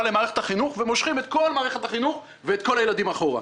למערכת החינוך ומושכים את כל מערכת החינוך ואת כל הילדים אחורה.